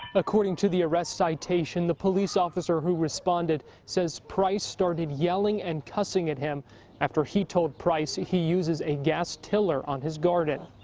according to the arrest citation, the police officer who responded says price started yelling and cussing at him after he told price he uses a gas tiller on his garden.